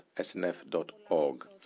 snf.org